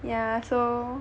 yeah so